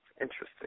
Interesting